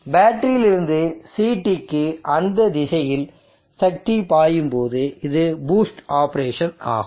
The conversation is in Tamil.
பேட்டரியில் இருந்து CT க்கு அந்த திசையில் சக்தி பாயும் போது இது பூஸ்ட் ஆபரேஷன் ஆகும்